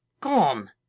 Come